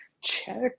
check